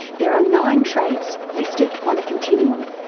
there are nine traits listed on a continuum.